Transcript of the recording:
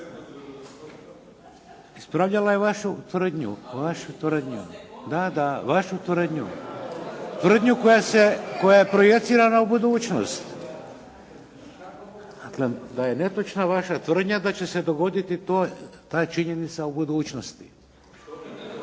Ispravljala je vašu tvrdnju. Da, da. Vašu tvrdnju. Tvrdnju koja je projecirana u budućnost. Dakle, da je netočna vaša tvrdnja da će se dogoditi ta činjenica u budućnosti.